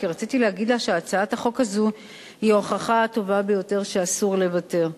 כי רציתי להגיד לה שהצעת החוק הזו היא ההוכחה הטובה ביותר שאסור לוותר.